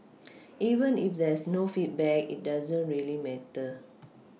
even if there's no feedback it doesn't really matter